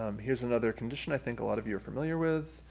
um here's another condition i think a lot of you are familiar with.